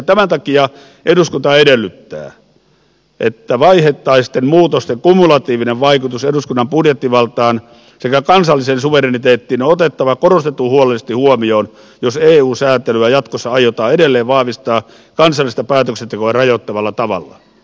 tämän takia eduskunta edellyttää että vaiheittaisten muutosten kumulatiivinen vaikutus eduskunnan budjettivaltaan sekä kansalliseen suvereniteettiin on otettava korostetun huolellisesti huomioon jos eu sääntelyä jatkossa aiotaan edelleen vahvistaa kansallista päätöksentekoa rajoittavalla tavalla